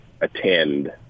attend